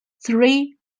three